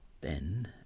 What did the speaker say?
Then